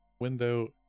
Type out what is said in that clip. window